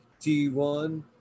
T1